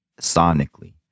sonically